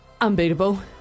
Unbeatable